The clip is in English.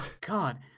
God